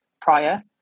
prior